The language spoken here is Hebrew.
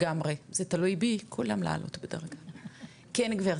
כן, גברתי.